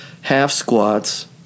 half-squats